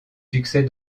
succès